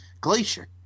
Glacier